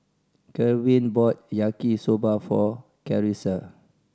Kerwin bought Yaki Soba for Carissa